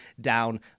down